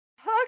Okay